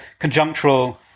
conjunctural